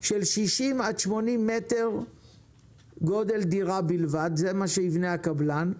של 60-80 מטר גודל דירה בלבד, זה מה שיבנה הקבלן.